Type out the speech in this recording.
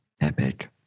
Epic